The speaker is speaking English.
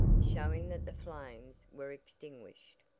showing that the flames were extinguished.